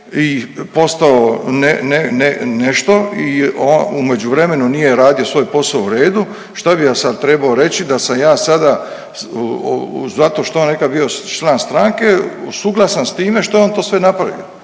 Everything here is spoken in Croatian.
i postao nešto, u međuvremenu nije radio svoj posao u redu, šta bih ja sad trebao reći da sam ja sada zato što je on nekad bio član stranke suglasan s time što je on to sve napravio.